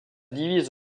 divise